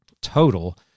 total